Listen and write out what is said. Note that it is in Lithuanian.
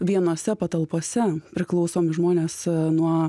vienose patalpose priklausomi žmonės nuo